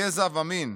גזע ומין,